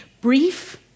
brief